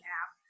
app